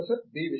professor B